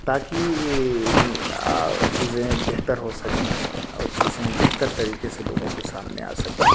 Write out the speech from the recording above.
تاكہ چيزيں بہتر ہو سكيں أور چيزيں بہتر طريقے سے لوگوں کے سامنے آ سکیں